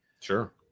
Sure